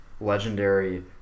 legendary